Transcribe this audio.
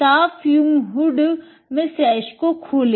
साफ़ fume hood में sash को खोले